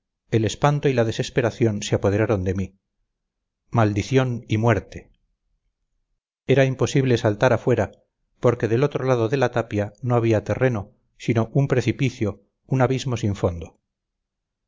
el espanto y la desesperación se apoderaron de mí maldición y muerte era imposible saltar afuera porque del otro lado de la tapia no había terreno sino un precipicio un abismo sin fondo